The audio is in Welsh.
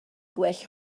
gwell